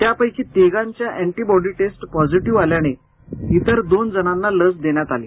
त्यापैकी तिघांच्या antibody test positive आल्याने इतर दोन जणांना लस देण्यात आली